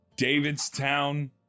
Davidstown